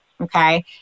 Okay